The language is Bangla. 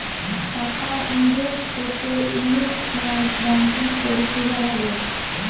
টাকা ইনভেস্ট করতে ইনভেস্টমেন্ট ব্যাঙ্কিং পরিষেবা লাগে